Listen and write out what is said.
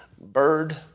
bird